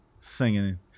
singing